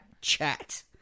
Chat